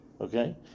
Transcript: okay